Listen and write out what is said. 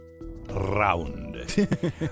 Round